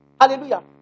Hallelujah